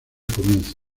comienzo